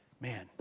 man